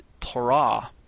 Torah